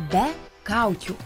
be kaukių